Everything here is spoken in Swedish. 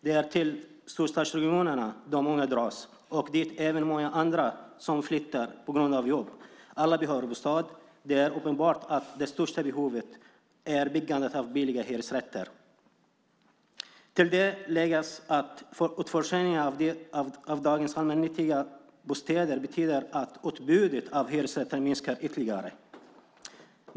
Det är till storstadsregionerna som de unga dras och dit även många andra flyttar på grund av jobb. Alla behöver bostad. Det är uppenbart att det största behovet är byggandet av billiga hyresrätter. Till detta ska läggas att utförsäljningen av dagens allmännyttiga bostäder betyder att utbudet av hyresrätter minskar ytterligare.